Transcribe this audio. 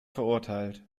verurteilt